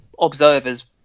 observers